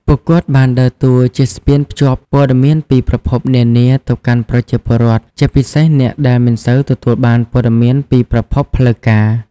ពួកគាត់បានដើរតួជាស្ពានភ្ជាប់ព័ត៌មានពីប្រភពនានាទៅកាន់ប្រជាពលរដ្ឋ ជាពិសេសអ្នកដែលមិនសូវទទួលបានព័ត៌មានពីប្រភពផ្លូវការ។